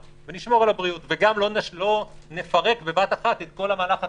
נשמור על הבריאות וגם לא נפרט בבת אחת את כל המהלך הכולל.